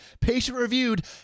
patient-reviewed